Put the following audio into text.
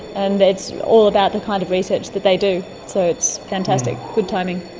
and it's all about the kind of research that they do, so it's fantastic, good timing.